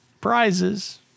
prizes